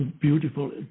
beautiful